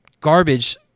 garbage